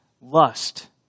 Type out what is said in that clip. lust